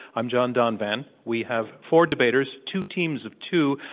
i'm john donvan. we have four debaters, two teams of two,